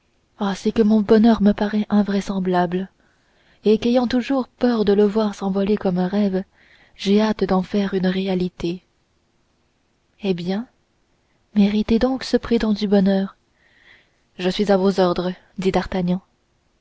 ah c'est que mon bonheur me paraît invraisemblable et qu'ayant toujours peur de le voir s'envoler comme un rêve j'ai hâte d'en faire une réalité eh bien méritez donc ce prétendu bonheur je suis à vos ordres dit